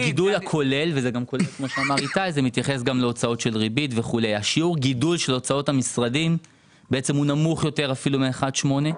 הגידול של הוצאות המשרדים הוא נמוך יותר מ-1.8%.